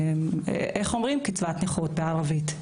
איך אומרים קצבת נכות בערבית.